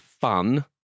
fun